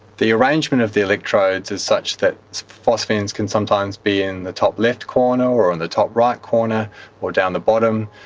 the arrangement of the electrodes is such that phosphenes can sometimes be in the top left corner or in and the top right corner or down the bottom,